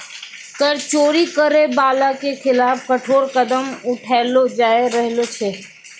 कर चोरी करै बाला के खिलाफ कठोर कदम उठैलो जाय रहलो छै